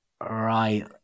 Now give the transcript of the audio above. Right